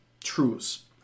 truths